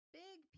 big